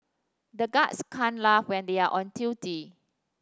the guards can't laugh when they are on duty